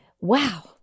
Wow